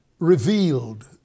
revealed